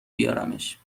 بیارمش